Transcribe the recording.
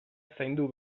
zaindu